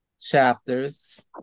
chapters